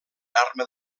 arma